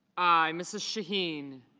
i. mrs. shaheen